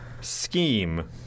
scheme